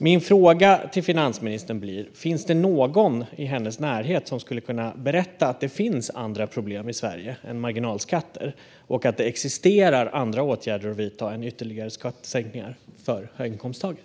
Min fråga till finansministern blir: Finns det någon i hennes närhet som skulle kunna berätta att det finns andra problem i Sverige än marginalskatter och att det existerar andra åtgärder att vidta än ytterligare skattesänkningar för höginkomsttagare?